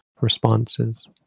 responses